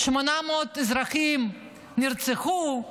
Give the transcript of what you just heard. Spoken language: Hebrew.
800 אזרחים נרצחו,